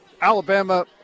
Alabama